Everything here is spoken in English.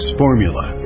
formula